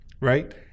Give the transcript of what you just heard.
right